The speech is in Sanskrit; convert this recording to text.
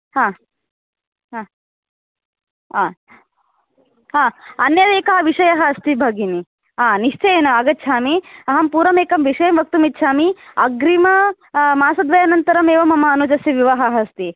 हा हा आ हा अन्या एका विषयः अस्ति भगिनी आ निश्चयेन आगच्छामि अहं पूर्वम् एकं विषयं वक्तुम् इच्छामि अग्रिम मासद्वयानन्तरम् एव मम अनुजस्य विवाहः अस्ति